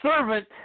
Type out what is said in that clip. servant